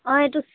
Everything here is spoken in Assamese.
অঁ এইটো